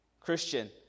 Christian